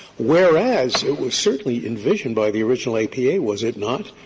whereas, it was certainly envisioned by the original apa, was it not,